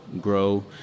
grow